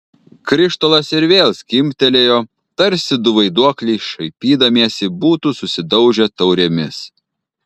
krištolas ir vėl skimbtelėjo tarsi du vaiduokliai šaipydamiesi būtų susidaužę taurėmis